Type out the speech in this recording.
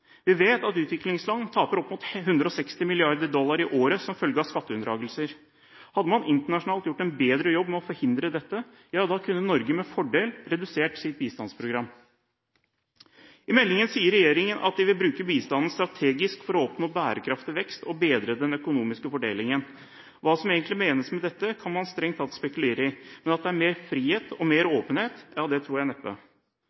Vi vet at utviklingsland taper opp mot 160 milliarder dollar i året som følge av skatteunndragelser. Hadde man internasjonalt gjort en bedre jobb med å forhindre dette, kunne Norge med fordel redusert sitt bistandsprogram. I meldingen sier regjeringen at de vil bruke bistanden strategisk for å oppnå bærekraftig vekst og bedre den økonomiske fordelingen. Hva som egentlig menes med dette, kan man strengt tatt spekulere i, men at det er mer frihet og mer